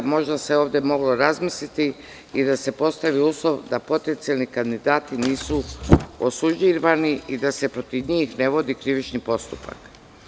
Možda se ovde moglo razmisliti i da se postavi uslov da potencijalni kandidati nisu osuđivani i da se protiv njih ne vodi krivični postupak.